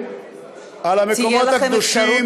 על המקומות הקדושים, חבר הכנסת חאג' יחיא.